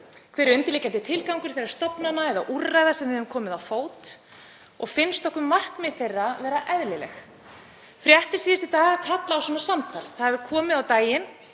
Hver er undirliggjandi tilgangur þeirra stofnana eða úrræða sem við höfum komið á fót? Og finnst okkur markmið þeirra vera eðlileg? Fréttir síðustu daga kalla á slíkt samtal. Það hefur komið á daginn